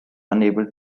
unable